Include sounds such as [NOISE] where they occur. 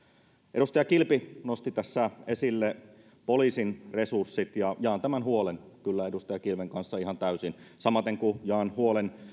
edustaja kilpi nosti tässä esille poliisin resurssit ja jaan kyllä tämän huolen edustaja kilven kanssa ihan täysin samaten kuin jaan huolen [UNINTELLIGIBLE]